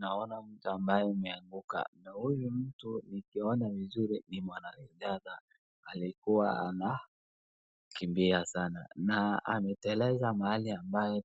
Naona mtu ambaye ameanguka, na huyu mtu nikiona vizuri ni mwana riadha, alikua anakimbia sana na ameteleza mahali